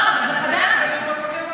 לא, אבל זה חדש.